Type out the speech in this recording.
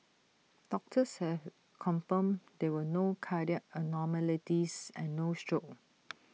doctors have confirmed there were no cardiac abnormalities and no stroke